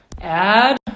Add